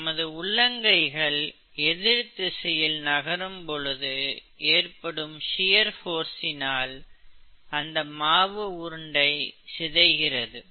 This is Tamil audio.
நமது உள்ளங்கைகள் எதிர் திசையில் நகரும் பொழுது ஏற்படும் ஷியர் போர்ஸ் சினால் அந்த மாவு உருண்டை சிதைகிறது